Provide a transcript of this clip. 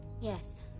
Yes